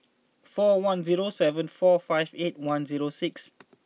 four one zero seven four five eight one zero six